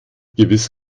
gewiss